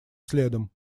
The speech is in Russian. следом